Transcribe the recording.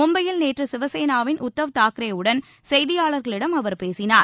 மும்பையில் நேற்று சிவசேனாவின் உத்தவ் தாக்கரே வுடன் செய்தியாளர்களிடம் அவர் பேசினார்